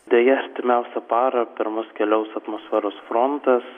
deja artimiausią parą per mus keliaus atmosferos frontas